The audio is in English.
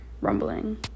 Rumbling